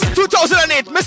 2008